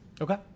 Okay